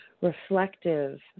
reflective